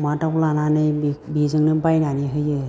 अमा दाव लानानै बे बेजोंनो बायनानै होयो